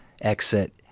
exit